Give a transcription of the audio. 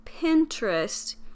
Pinterest